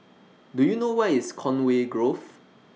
Do YOU know Where IS Conway Grove